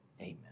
Amen